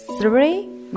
Three